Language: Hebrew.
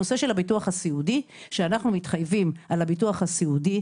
אנחנו מתחייבים על הביטוח הסיעודי,